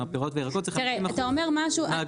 הפירות והירקות זה 50% מהעגלה.